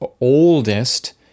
oldest